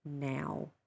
now